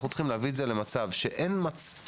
אנחנו צריכים להביא את זה למצב שאין סיטואציה